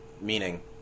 meaning